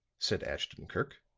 said ashton-kirk.